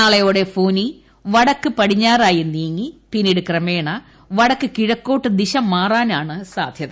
നാളെയോടെ ഫോനി വടക്ക് പടിഞ്ഞാറായി നീങ്ങി പിന്നീട് ക്രമേണ വടക്ക് കിഴക്കോട്ട് ദിശ മാറാനാണ് സാധ്യത